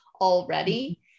already